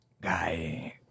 Guy